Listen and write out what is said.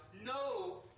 No